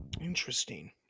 interesting